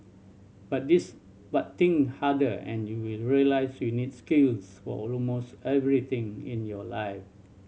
but this but think harder and you will realise you need skills for almost everything in your life